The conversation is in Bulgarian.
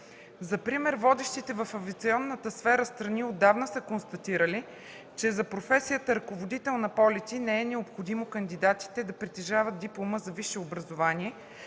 За пример водещите в авиационната сфера страни отдавна са констатирали, че за професията „Ръководител на полети” не е необходимо кандидатите да притежават диплома за висше образование